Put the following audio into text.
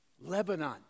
Lebanon